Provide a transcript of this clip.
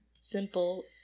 simple